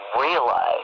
realize